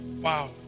wow